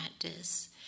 practice